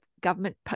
government